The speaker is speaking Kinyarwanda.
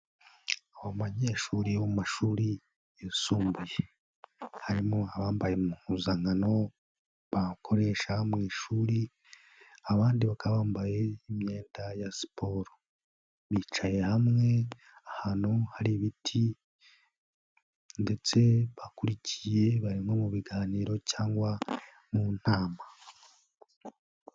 Abanyeshuri bo mu mashuri yisumbuye, harimo abambaye impuzankano bakoresha mu ishuri, abandi bakaba bambaye imyenda ya siporo. Bicaye hamwe ahantu hari ibiti ndetse bakurikiye, bari mu biganiro cyangwa mu nama.